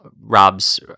Rob's